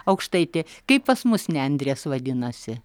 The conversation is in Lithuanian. aukštaitė kaip pas mus nendrės vadinasi